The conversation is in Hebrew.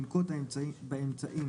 ינקוט אמצעים